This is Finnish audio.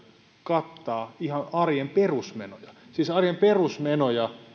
kattaa ihan arjen perusmenoja siis arjen perusmenoja